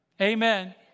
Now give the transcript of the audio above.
amen